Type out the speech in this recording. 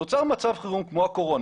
נוצר מצב חירום כמו הקורונה,